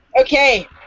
Okay